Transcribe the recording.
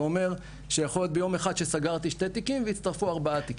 זה אומר שיכול להיות ביום אחד שסגרנו שני תיקים והצטרפו ארבעה תיקים.